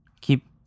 Keep